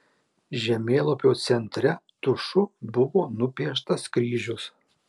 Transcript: žemėlapio centre tušu buvo nupieštas kryžius